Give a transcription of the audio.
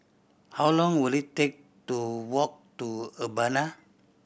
how long will it take to walk to Urbana